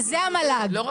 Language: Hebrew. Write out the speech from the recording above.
אוקיי, אז זה המל"ג בסדר?